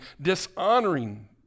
dishonoring